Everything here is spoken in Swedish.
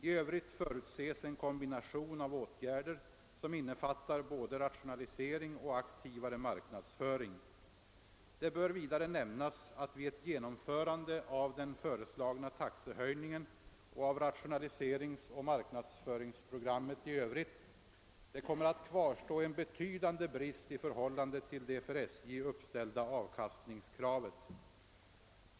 I övrigt förutses en kombination av åtgärder, som innefattar både rationalisering och aktivare marknadsföring. Det bör vidare nämnas, att det vid ett genomförande av den föreslagna taxehöjningen och av rationaliseringsoch marknadsföringsprogrammet i övrigt kommer att kvarstå en betydande brist i förhållande till det för SJ uppställda avkastningskravet.